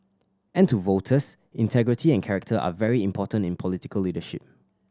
and to voters integrity and character are very important in political leadership